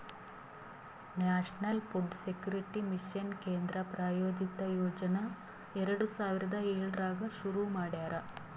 national food security mission ಕೇಂದ್ರ ಪ್ರಾಯೋಜಿತ ಯೋಜನಾ ಎರಡು ಸಾವಿರದ ಏಳರಾಗ್ ಶುರು ಮಾಡ್ಯಾರ